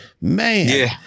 Man